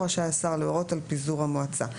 רשאי השר להורות על פיזור המועצה.